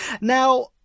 Now